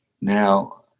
now